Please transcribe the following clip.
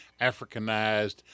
africanized